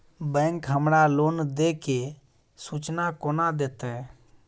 Bank हमरा loan देय केँ सूचना कोना देतय?